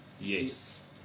Yes